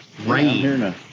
Rain